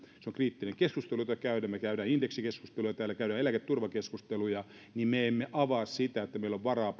käydään kriittinen keskustelu me käymme indeksikeskusteluja täällä käydään eläketurvakeskusteluja mutta me emme avaa sitä että meillä on varaa